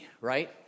right